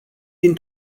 din